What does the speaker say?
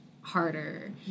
harder